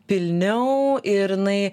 pilniau ir jinai